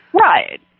Right